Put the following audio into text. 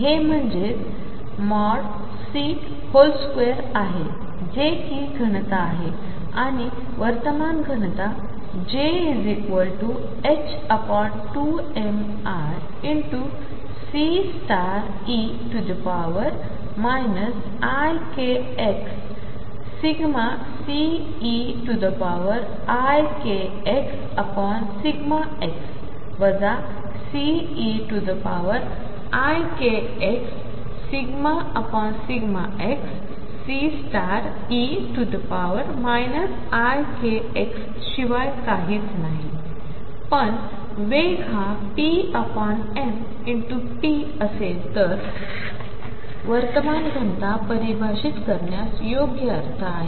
हेम्हणजेचC2आहेजेकिघनताआहेआणिवर्तमानघनताj2miCe ikx∂Ceikx∂x Ceikx∂xCe ikx शिवायकाहीचनाहीपणवेगहाpm ρ असेलतर याप्रमाणेवर्तमानघनतापरिभाषितकरण्यातयोग्यअर्थआहे